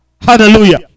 Hallelujah